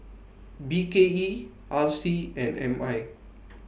B K E R C and M I